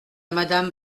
madame